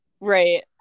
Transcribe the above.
Right